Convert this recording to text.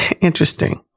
interesting